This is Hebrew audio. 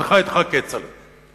סליחה אתך, כצל'ה.